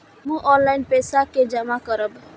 हमू ऑनलाईनपेसा के जमा करब?